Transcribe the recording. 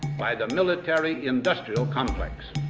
by the military-industrial complex.